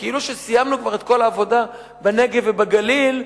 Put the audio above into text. כאילו שסיימנו כבר את כל העבודה בנגב ובגליל,